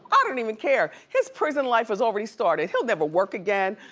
i don't even care. his prison life has already started, he'll never work again,